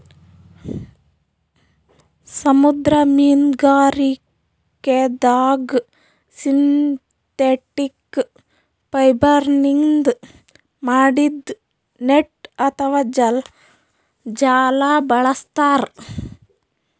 ಸಮುದ್ರ ಮೀನ್ಗಾರಿಕೆದಾಗ್ ಸಿಂಥೆಟಿಕ್ ಫೈಬರ್ನಿಂದ್ ಮಾಡಿದ್ದ್ ನೆಟ್ಟ್ ಅಥವಾ ಜಾಲ ಬಳಸ್ತಾರ್